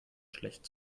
schlecht